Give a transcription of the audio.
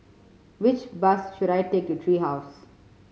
which bus should I take to Tree House